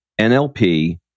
NLP